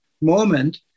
moment